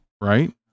Right